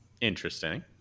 Interesting